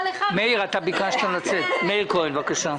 מאיר כהן, בבקשה.